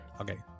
Okay